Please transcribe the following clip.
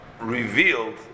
revealed